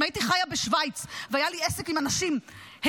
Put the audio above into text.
אם הייתי חיה בשווייץ והיה לי עסק עם אנשים הגיוניים,